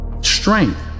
Strength